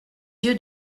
yeux